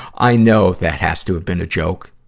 i know that has to have been a joke,